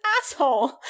asshole